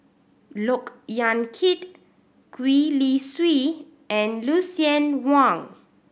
Look Yan Kit Gwee Li Sui and Lucien Wang